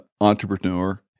entrepreneur